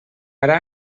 ara